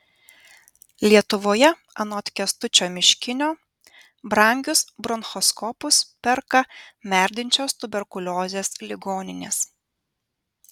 lietuvoje anot kęstučio miškinio brangius bronchoskopus perka merdinčios tuberkuliozės ligoninės